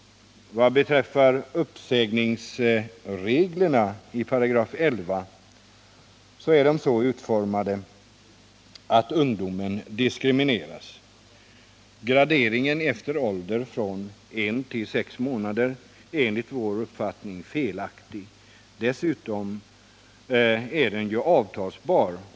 Vad beträffar uppsägningsreglerna i 11 §, är de så utformade att ungdomen diskrimineras. Graderingen av uppsägningstiden efter ålder från en till sex månader är enligt vår uppfattning felaktig. Dessutom är den ju avtalsbar.